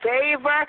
favor